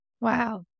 Wow